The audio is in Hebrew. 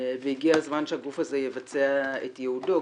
והגיע הזמן שהגוף הזה יבצע את ייעודו.